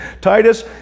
Titus